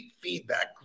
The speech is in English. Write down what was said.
feedback